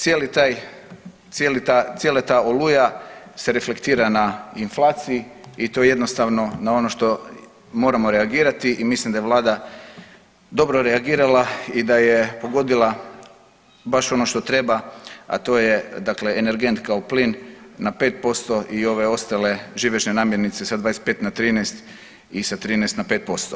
Cijeli taj, cijela ta oluja se reflektira na inflaciji i to je jednostavno na ono što moramo reagirati i mislim da je vlada dobro reagirala i da je pogodila baš ono što treba, a to je dakle energent kao plin na 5% i ove ostale živežne namirnice sa 25 na 13 i sa 13 na 5%